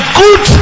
good